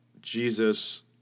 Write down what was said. Jesus